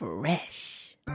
Fresh